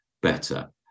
better